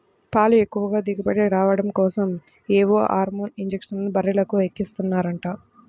పాలు ఎక్కువ దిగుబడి రాడం కోసరం ఏవో హార్మోన్ ఇంజక్షన్లు బర్రెలకు ఎక్కిస్తన్నారంట